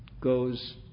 goes